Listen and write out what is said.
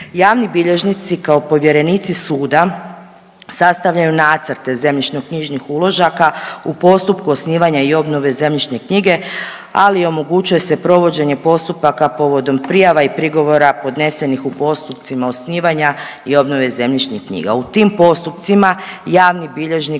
Javni bilježnici kao povjerenici suda sastavljaju nacrte zemljišnoknjižnih uložaka u postupku osnivanja i obnove zemljišne knjige, ali omogućuje se provođenje postupaka povodom prijava i prigovora podnesenih u postupcima osnivanja i obnove zemljišnih knjiga. U tim postupcima javni bilježnik